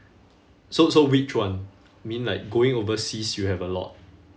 so so which one mean like going overseas you have a lot